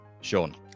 Sean